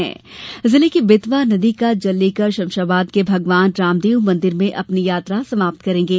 ये कांवड़िए जिले की बेतवा नदी का जल लेकर शमशाबाद के भगवान रामदेव मंदिर में अपनी यात्रा समाप्त करेंगे